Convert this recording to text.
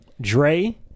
Dre